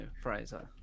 Fraser